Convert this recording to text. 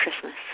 Christmas